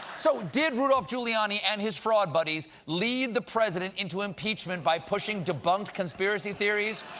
so, did rudolph giuliani and his fraud buddies lead the president into impeachment by pushing debunked conspiracy theories?